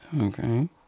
Okay